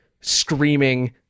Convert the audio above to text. screaming